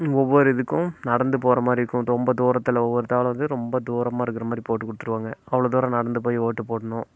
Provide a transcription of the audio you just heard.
ஒவ்வொரு இதுக்கும் நடந்து போகிற மாதிரி இருக்கும் ரொம்ப தூரத்தில் ஒவ்வொருத்தாளுக்கு வந்து ரொம்ப தூரமாக இருக்கிற மாதிரி போட்டு கொடுத்துருவாங்க அவ்வளோ தூரம் நடந்து போய் ஓட்டு போடணும்